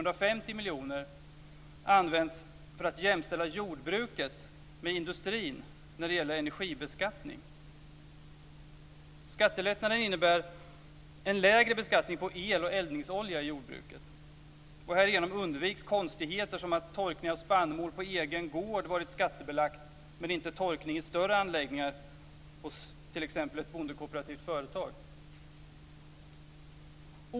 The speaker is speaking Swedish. Skattelättnaden innebär en lägre beskattning på el och eldningsolja i jordbruket. Härigenom undviks konstigheter som att torkning av spannmål på egen gård varit skattebelagt, men inte torkning i större anläggningar hos t.ex. ett bondekooperativt företag.